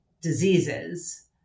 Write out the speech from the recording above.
diseases